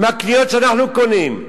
מהקניות שאנחנו קונים.